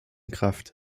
kraft